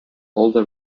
older